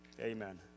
Amen